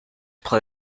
play